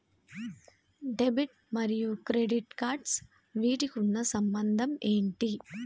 Debit మరియు credit cards వీటికి ఉన్న సంబంధం ఏంటి?